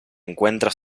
encuentra